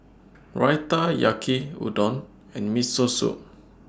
Raita Yaki Udon and Miso Soup